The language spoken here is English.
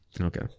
Okay